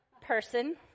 person